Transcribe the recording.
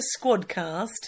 Squadcast